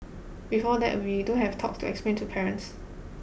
before that we do have talks to explain to parents